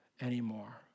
anymore